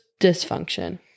dysfunction